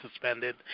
suspended